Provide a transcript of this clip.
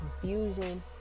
confusion